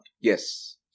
Yes